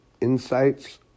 Insights